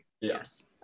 Yes